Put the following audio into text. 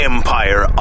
Empire